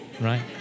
right